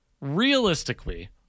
realistically